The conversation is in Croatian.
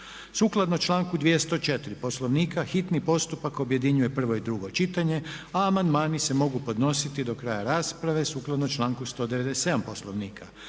Sukladno članku 204. Poslovnika hitni postupak objedinjuje prvo i drugo čitanje a amandmani se mogu podnositi do kraja rasprave sukladno članku 197. Poslovnika.